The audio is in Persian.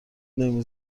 نمی